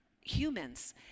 humans